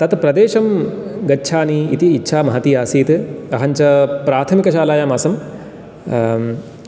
तत्प्रदेशं गच्छामि इति इच्छा महती आसीत् अहञ्च प्राथमिकशालायाम् आसम्